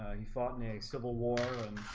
he fought in a civil war and